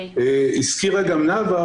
הזכירה גם נאוה,